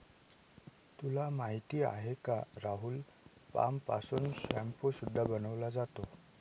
तुला माहिती आहे का राहुल? पाम पासून शाम्पू सुद्धा बनवला जातो